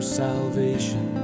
salvation